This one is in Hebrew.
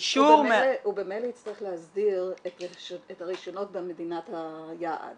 אישור -- הוא במילא יצטרך להסדיר את הרישיונות במדינת היעד